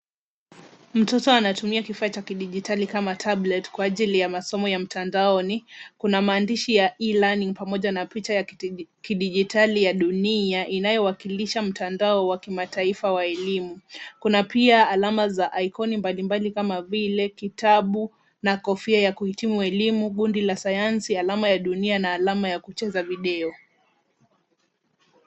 Mtoto anatumia kifaa cha kidijitali kama tablet kwa ajili ya masomo ya mtandaoni, kuna maandishi ya E-learning pamoja na picha ya kidijitali ya dunia inayowakilisha mtandao wa kimataifa wa elimu. Kuna pia alama za ikoni mbalimbali kama vile kitabu na kofia ya kuhitimu elimu, gundi la sayansi, alama ya dunia na alama ya kucheza video.